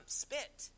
spit